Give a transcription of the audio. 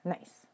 Nice